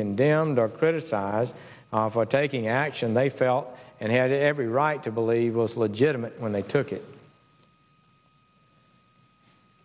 condemned or criticized for taking action they felt and had every right to believe was legitimate when they took it